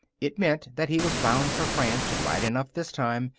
it meant that he was bound for france right enough this time.